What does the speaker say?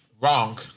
Wrong